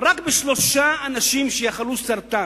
רק בשלושה אנשים שיחלו בסרטן,